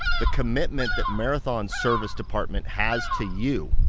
the commitment that marathon service department has to you,